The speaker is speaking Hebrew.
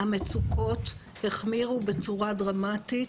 המצוקות החמירו בצורה דרמטית